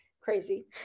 Crazy